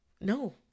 No